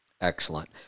Excellent